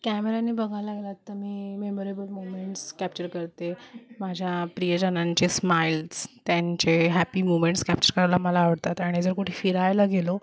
कॅमेऱ्याने बघायला गेलात तर मी मेमोरेबल मूमेंट्स कॅप्चर करते माझ्या प्रियजनांचे स्माइल्स त्यांचे हॅपी मूवमेंट्स कॅप्चर करायला मला आवडतात आणि जर कुठे फिरायला गेलो